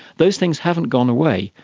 those things haven't gone away,